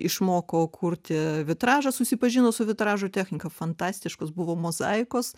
išmoko kurti vitražą susipažino su vitražo technika fantastiškos buvo mozaikos